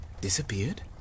Disappeared